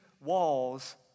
walls